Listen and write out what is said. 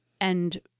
and-